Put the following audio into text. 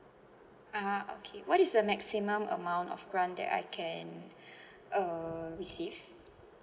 ah okay what is the maximum amount of grant that I can uh receive